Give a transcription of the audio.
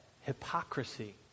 hypocrisy